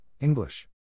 English